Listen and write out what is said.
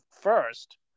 first